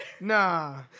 Nah